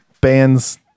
bands